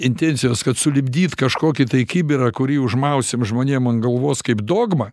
intencijos kad sulipdyt kažkokį tai kibirą kurį užmausim žmonėm ant galvos kaip dogmą